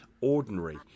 ordinary